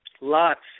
Lots